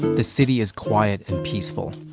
the city is quiet and peaceful.